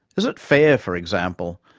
is it fair, for example,